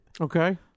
Okay